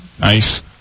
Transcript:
Nice